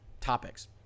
topics